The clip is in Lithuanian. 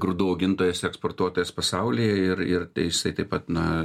grūdų augintojas ir eksportuotojas pasaulyje ir ir jisai taip pat na